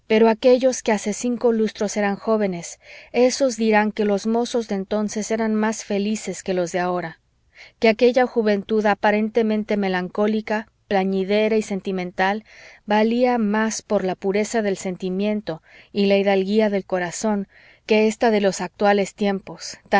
aquellos que hace cinco lustros eran jóvenes esos dirán que los mozos de entonces eran más felices que los de ahora que aquella juventud aparentemente melancólica plañidera y sentimental valía más por la pureza del sentimiento y la hidalguía del corazón que ésta de los actuales tiempos